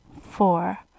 four